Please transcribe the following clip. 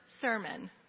sermon